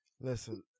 Listen